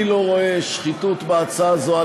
אני לא רואה שחיתות בהצעה זו,